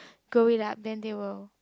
grow it up then they will